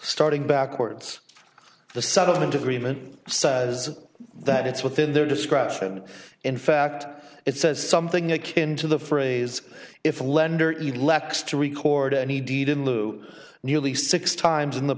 starting backwards the settlement agreement says that it's within their discretion in fact it says something akin to the phrase if lender you lex to record any deed in lieu nearly six times in the